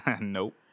Nope